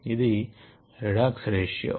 ఇది redox ratio